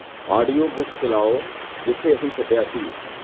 audio book ਚਲਾਓ ਜਿੱਥੇ ਅਸੀਂ ਛੱਡਿਆ ਸੀ